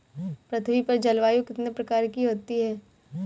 पृथ्वी पर जलवायु कितने प्रकार की होती है?